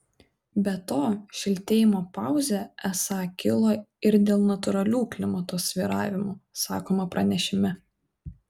be to šiltėjimo pauzė esą kilo ir dėl natūralių klimato svyravimų sakoma pranešime